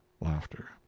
Laughter